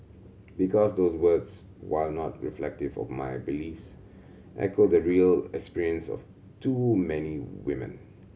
because those words while not reflective of my beliefs echo the real experience of too many women